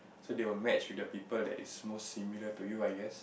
so they will match with the people that is most similar to you I guess